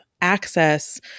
access